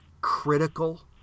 critical